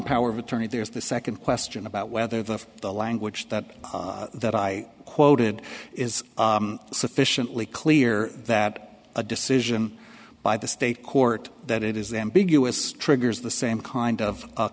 power of attorney there is the second question about whether the the language that that i quoted is sufficiently clear that a decision by the state court that it is the ambiguous triggers the same kind of